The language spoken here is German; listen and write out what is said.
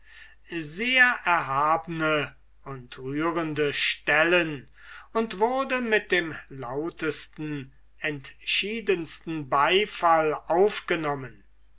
sehr erhabne und rührende stellen und wurde mit dem lautsten entschiedensten beifall aufgenommen